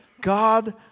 God